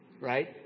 right